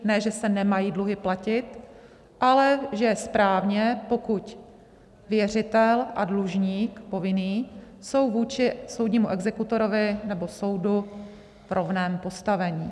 Ne že se nemají dluhy platit, ale že je správně, pokud věřitel a dlužník, povinný, jsou vůči soudnímu exekutorovi nebo soudu v rovném postavení.